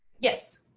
yes.